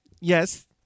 Yes